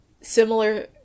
similar